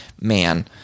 man